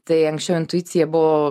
tai anksčiau intuicija buvo